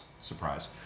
Surprise